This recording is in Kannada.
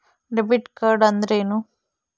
ಡೆಬಿಟ್ ಕಾರ್ಡ್ ಅಂದ್ರೇನು?